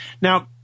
Now